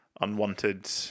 unwanted